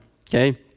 Okay